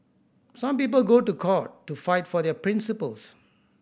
some people go to court to fight for their principles